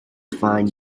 find